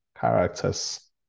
characters